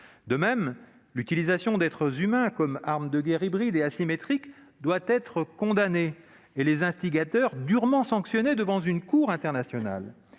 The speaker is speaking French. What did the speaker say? De même, l'utilisation d'êtres humains comme arme de guerre hybride et asymétrique doit être condamnée et les instigateurs durement sanctionnés devant une cour internationale.